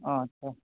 ᱟᱪᱪᱷᱟ